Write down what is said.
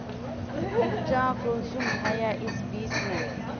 उपज कुंसम है इस बीज में?